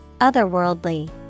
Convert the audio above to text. Otherworldly